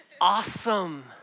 Awesome